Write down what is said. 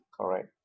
Correct